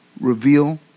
Reveal